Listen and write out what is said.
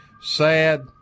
Sad